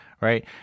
right